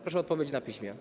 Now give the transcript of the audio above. Proszę o odpowiedź na piśmie.